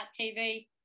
TV